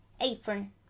Apron